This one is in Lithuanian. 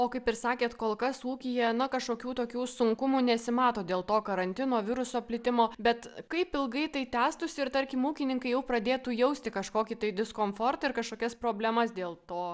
o kaip ir sakėt kol kas ūkyje na kažkokių tokių sunkumų nesimato dėl to karantino viruso plitimo bet kaip ilgai tai tęstųsi ir tarkim ūkininkai jau pradėtų jausti kažkokį diskomfortą ir kažkokias problemas dėl to